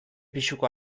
pisuko